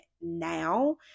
now